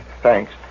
Thanks